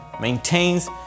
maintains